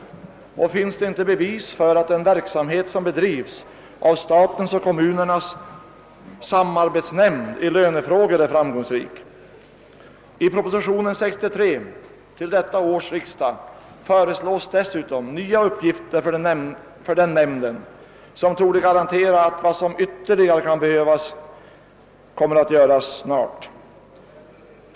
Och finns det inte bevis för att den verksamhet som bedrivs av statens och kommunernas samarbetsnämnd i lönefrågor är framgångsrik? I propositionen 63 till detta års riksdag föreslås dessutom nya uppgifter för den nämnden, vilket torde garantera att vad som ytterligare kan behöva göras kommer att ske snart.